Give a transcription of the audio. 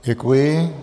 Děkuji.